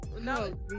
No